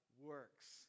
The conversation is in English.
works